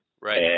Right